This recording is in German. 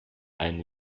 ein